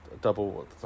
double